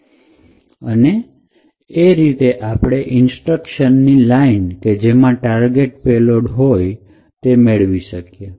અને એ રીતે આપણે ઇન્સ્ટ્રક્શન ની લાઈન કે જે ટાર્ગેટ પેલોડની હોય તે મેળવી શકીએ